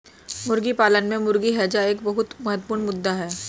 मुर्गी पालन में मुर्गी हैजा एक बहुत महत्वपूर्ण मुद्दा है